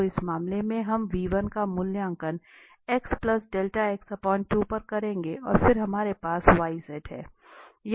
तो इस मामले में हम का मूल्यांकन पर करेंगे और फिर हमारे पास yz है